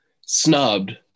snubbed